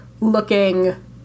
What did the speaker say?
looking